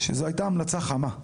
שזו הייתה המלצה חמה.